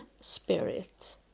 spirit